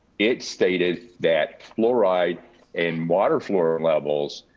it stated that fluoride in water flow levels,